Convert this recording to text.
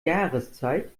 jahreszeit